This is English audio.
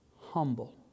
humble